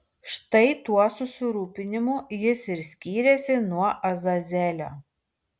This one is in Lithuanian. štai tuo susirūpinimu jis ir skyrėsi nuo azazelio